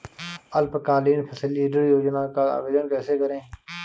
अल्पकालीन फसली ऋण योजना का आवेदन कैसे करें?